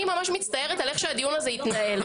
ממש מצטערת על איך שהדיון הזה התנהל.